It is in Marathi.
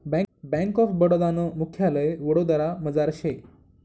बैंक ऑफ बडोदा नं मुख्यालय वडोदरामझार शे